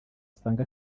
usanga